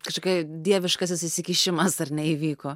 kažkokia dieviškasis įsikišimas ar ne įvyko